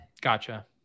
Gotcha